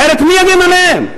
אחרת מי יגן עליהן?